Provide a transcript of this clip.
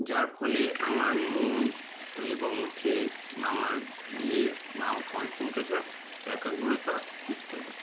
যার ফলে আমার মন এবং হচ্ছে আমার ইয়ে মার কনসেন্ট্রেশন একাগ্রতা ঠিক থাকে